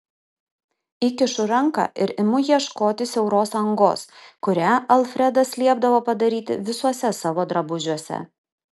įkišu ranką ir imu ieškoti siauros angos kurią alfredas liepdavo padaryti visuose savo drabužiuose